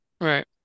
right